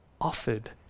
offered